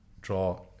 draw